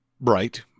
bright